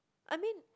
I mean